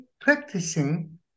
practicing